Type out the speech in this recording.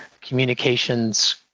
communications